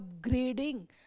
upgrading